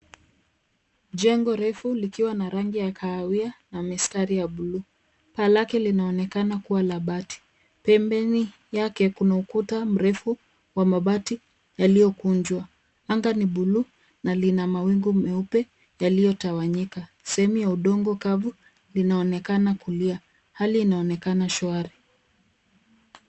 Jengo refu likiwa na rangi ya kahawia na mistari ya blue, paa lake linaonekana kuwa la bati pembeni yake kuna ukuta mrefu wa mabati yaliokunjwa. Anga ni blue na lina mawingu meupe yaliyotawanyika, sehemu ya udongo kavu linaonekana kulia. Hali inaonekana shwari.